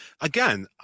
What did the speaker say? Again